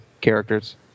characters